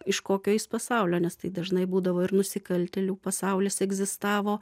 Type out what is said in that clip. iš kokio jis pasaulio nes tai dažnai būdavo ir nusikaltėlių pasaulis egzistavo